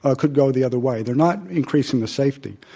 ah could go the other way. they're not increasing the safety.